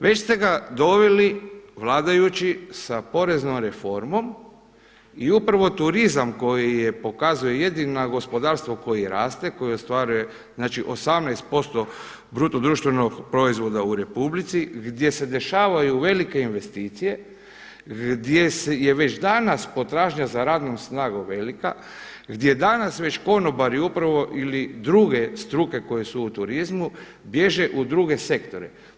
Već ste ga doveli vladajući sa poreznom reformom i upravo turizam koji pokazuje jedino gospodarstvo koje raste, koji ostvaruje znači 18% bruto društvenog proizvoda u Republici gdje se dešavaju velike investicije, gdje je već danas potražnja za radnom snagom velika, gdje danas već konobari upravo ili druge struke koje su u turizmu bježe u druge sektore.